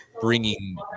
bringing